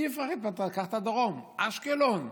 קח את הדרום: אשקלון,